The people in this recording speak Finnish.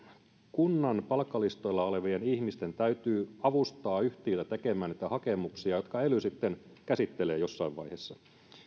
kunnan palkkalistoilla olevien ihmisten täytyy avustaa yhtiöitä tekemään niitä hakemuksia jotka ely sitten käsittelee jossain vaiheessa